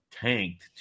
tanked